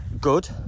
good